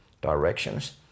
directions